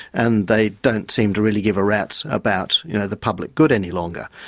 and they don't seem to really give a rat's about you know the public good any longer.